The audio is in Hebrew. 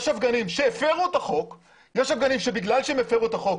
יש מפגינים שהפרו את החוק ויש מפגינים שבגלל שהם הפרו את החוק,